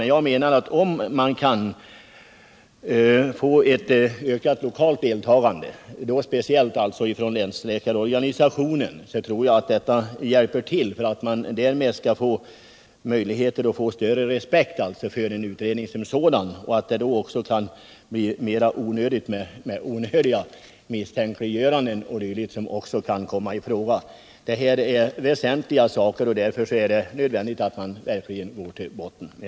Men jag menar att om man kan få ett ökat lokalt deltagande, speciellt från länsläkarorganisationen och kanske även från andra håll, så skulle det hjälpa till att skapa större respekt för utredningen som sådan. Då kan det också bli överflödigt med onödiga misstänkliggöranden o. d., vilket eljest kan bli följden. Detta är väsentliga saker, och därför är det nödvändigt om man verkligen går till botten med problemet.